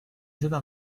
seda